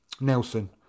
Nelson